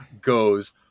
goes